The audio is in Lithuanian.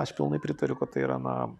aš pilnai pritariu kad tai yra na